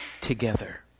together